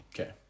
Okay